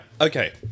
okay